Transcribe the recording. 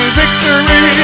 victory